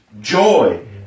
joy